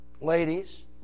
ladies